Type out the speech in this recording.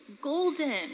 golden